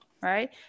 Right